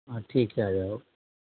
हाँ ठीक है आ जाओ